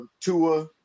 Tua